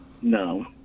No